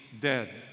dead